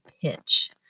pitch